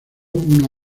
una